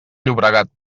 llobregat